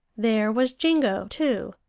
there was jingo, too,